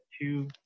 two